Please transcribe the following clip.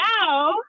now